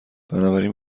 بنابراین